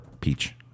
peach